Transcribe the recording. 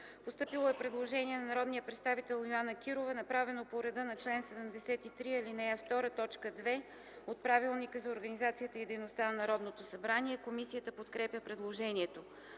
постъпило предложение на народния представител Йоана Кирова, направено по реда на чл. 73, ал. 2, т. 2 от Правилника за организацията и дейността на Народното събрание. Комисията подкрепя предложението.